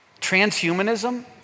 Transhumanism